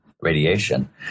radiation